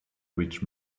rich